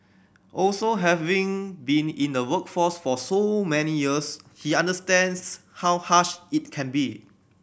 also having been in the workforce for so many years he understands how harsh it can be